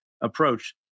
approach